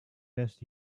best